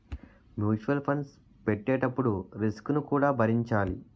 mutual funds పెట్టేటప్పుడు risk ను కూడా భరించాలి